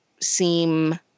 seem